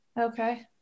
Okay